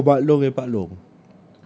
your arwah mak long and pak long